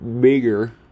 bigger